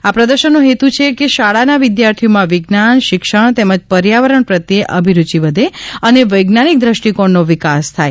આ પ્રદર્શનનો હેતુ છે કે શાળાના વિદ્યાર્થીઓમાં વિજ્ઞાન શિક્ષણ તેમજ પર્યાવરણ પ્રત્યે અભિરૂચી વધે અને વૈજ્ઞાનિક દ્રષ્ટિકોણનો વિકાસ થાય